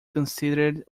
considered